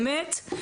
אמת?